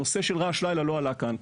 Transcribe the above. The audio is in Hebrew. נושא של רעש לילה לא עלה כאן.